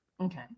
Okay